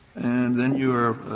and then you are